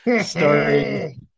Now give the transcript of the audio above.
Story